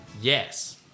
yes